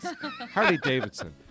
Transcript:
Harley-Davidson